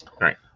right